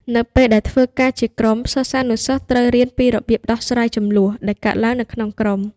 នៅពេលដែលធ្វើការជាក្រុម សិស្សានុសិស្សត្រូវរៀនពីរបៀប ដោះស្រាយជម្លោះ ដែលកើតឡើងនៅក្នុងក្រុម។